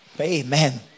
Amen